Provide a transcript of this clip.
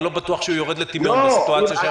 אני לא בטוח שהוא יורד לטמיון בסיטואציה שאנחנו נמצאים בה.